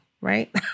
right